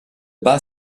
bat